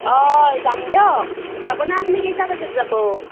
অঁ যাম দিয়ক যাবনে আপুনি কেইটা বজাত যাব